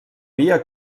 via